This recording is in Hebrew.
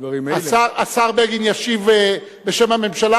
השר בגין ישיב בשם הממשלה,